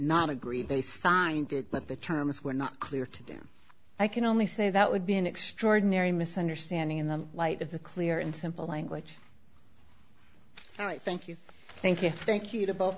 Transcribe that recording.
not agree they signed it but the terms were not clear to them i can only say that would be an extraordinary misunderstanding in the light of the clear and simple language thank you thank you thank you to both